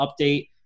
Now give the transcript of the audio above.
update